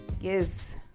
Yes